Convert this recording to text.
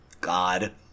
god